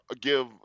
give